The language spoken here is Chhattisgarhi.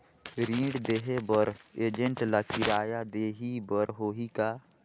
ऋण देहे बर एजेंट ला किराया देही बर होही का?